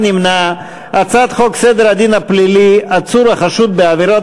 חוק סדר הדין הפלילי (עצור החשוד בעבירות